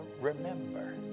remember